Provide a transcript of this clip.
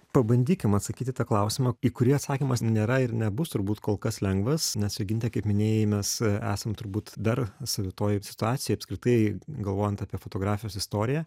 pabandykim atsakyti į tą klausimą į kurį atsakymas nėra ir nebus turbūt kol kas lengvas nes joginte kaip minėjai mes esam turbūt dar savitoj situacijoj apskritai galvojant apie fotografijos istoriją